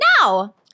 Now